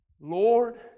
Lord